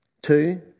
Two